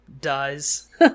dies